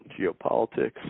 geopolitics